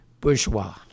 bourgeois